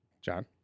John